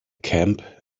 camp